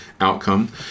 outcome